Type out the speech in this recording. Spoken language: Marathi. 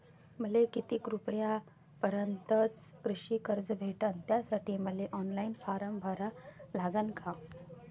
मले किती रूपयापर्यंतचं कृषी कर्ज भेटन, त्यासाठी मले ऑनलाईन फारम भरा लागन का?